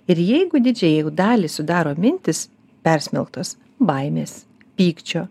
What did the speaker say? ir jeigu didžiąją jų dalį sudaro mintys persmelktos baimės pykčio